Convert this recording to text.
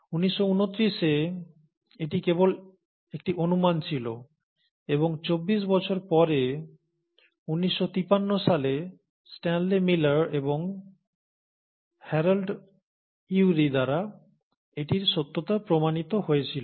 1929 এ এটি কেবল একটি অনুমান ছিল এবং 24 বছর পরে 1953 সালে Stanley Miller এবং Harold Urey দ্বারা এটির সত্যতা প্রমাণিত হয়েছিল